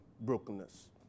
brokenness